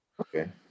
Okay